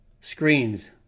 screens